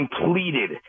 completed